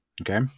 Okay